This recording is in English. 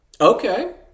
Okay